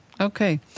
Okay